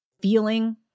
feeling